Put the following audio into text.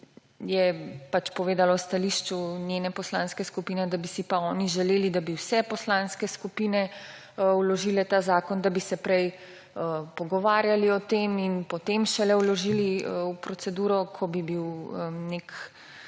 je povedala v stališču svoje poslanske skupine, da bi si pa oni želeli, da bi vse poslanske skupine vložile ta zakon, da bi se prej pogovarjali o tem in potem šele vložili v proceduro, ko bi bilo neko